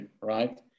right